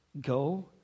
Go